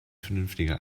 vernünftiger